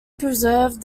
preserve